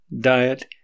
diet